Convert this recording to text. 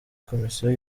komisiyo